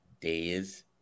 days